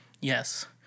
Yes